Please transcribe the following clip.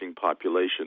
population